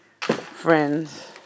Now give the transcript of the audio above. friends